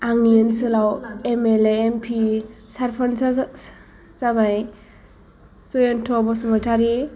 आंनि ओनसोलाव M L A M P सारपान्जा जाबाय जयन्त' बसुमतारि